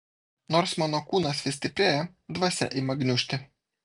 nors mano kūnas vis stiprėja dvasia ima gniužti